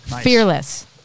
Fearless